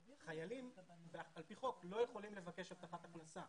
חיילים, על פי חוק, לא יכולים לבקש הבטחת הכנסה.